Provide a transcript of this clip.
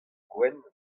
gwenn